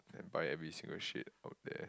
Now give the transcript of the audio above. and buy every single shit out there